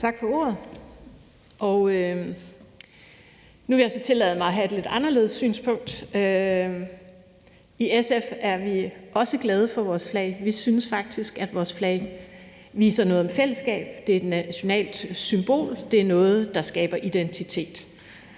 Tak for ordet. Jeg vil så tillade mig at have et lidt anderledes synspunkt. I SF er vi også glade for vores flag. Vi synes faktisk, at vores flag viser noget om fællesskab. Det er et nationalt symbol. Det er noget, der skaber identitet,